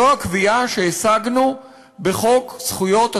זו הקביעה שהשגנו בחוק זכויות התלמיד,